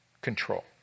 control